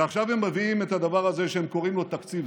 ועכשיו הם מביאים את הדבר הזה שהם קוראים לו תקציב.